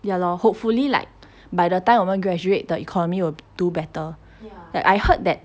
ya lah hopefully like by the time 我们 graduate the economy will do better but I heard that